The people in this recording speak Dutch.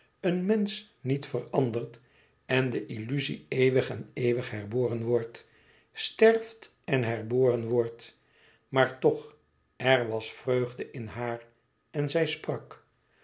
een mensch niet verandert en de illuzie eeuwig en eeuwig herboren wordt sterft er herboren wordt maar toch er was vreugde in haar en zij sprak